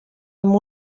amb